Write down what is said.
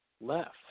left